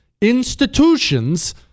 institutions